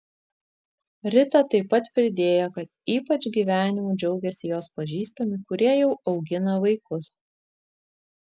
rita taip pat pridėjo kad ypač gyvenimu džiaugiasi jos pažįstami kurie jau augina vaikus